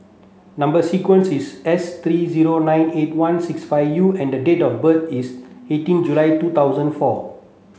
number sequence is S three zero nine eight one six five U and date of birth is eighteen July two thousand four